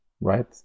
right